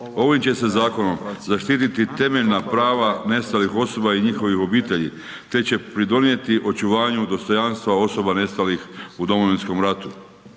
Ovim će se zakonom zaštiti temeljna prava nestalih osoba i njihovih obitelji te će pridonijeti očuvanju dostojanstva osoba nestalih u Domovinskom ratu